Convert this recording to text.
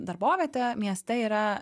darbovietė mieste yra